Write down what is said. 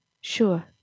Sure